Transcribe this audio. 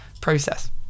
process